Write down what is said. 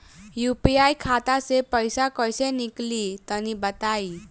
UPI खाता से पइसा कइसे निकली तनि बताई?